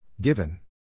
Given